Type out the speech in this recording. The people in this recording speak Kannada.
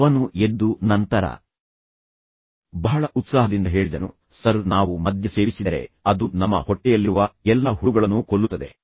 ಅವನು ಎದ್ದು ನಂತರ ಬಹಳ ಉತ್ಸಾಹದಿಂದ ಹೇಳಿದನು ಸರ್ ನಾವು ಮದ್ಯ ಸೇವಿಸಿದರೆ ಅದು ನಮ್ಮ ಹೊಟ್ಟೆಯಲ್ಲಿರುವ ಎಲ್ಲಾ ಹುಳುಗಳನ್ನು ಕೊಲ್ಲುತ್ತದೆ